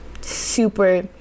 super